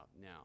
now